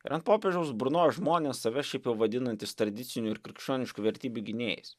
ant popiežiaus burnojo žmonės save šiaip jau vadinantys tradicinių ir krikščioniškų vertybių gynėjais